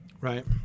right